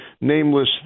nameless